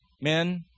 men